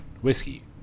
whiskey